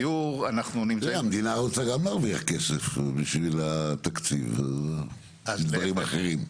המדינה רוצה גם להרוויח כסף בשביל התקציב ודברים אחרים.